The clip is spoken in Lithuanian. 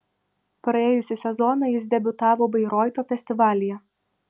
praėjusį sezoną jis debiutavo bairoito festivalyje